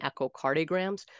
echocardiograms